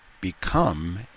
become